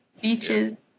beaches